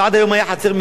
שעד היום היתה חצר,